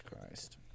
christ